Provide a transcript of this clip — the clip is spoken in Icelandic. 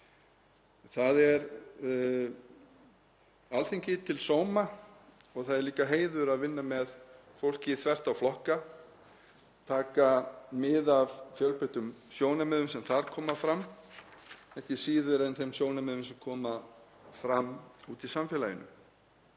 Það er Alþingi til sóma og það er líka heiður að vinna með fólki þvert á flokka, taka mið af fjölbreyttum sjónarmiðum sem þar koma fram, ekki síður en þeim sjónarmiðum sem koma fram úti í samfélaginu.